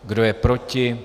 Kdo je proti?